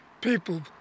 people